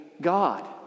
God